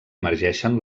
emergeixen